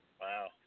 Wow